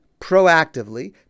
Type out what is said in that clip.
proactively